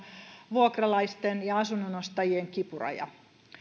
vuokralaisten ja asunnonostajien kipuraja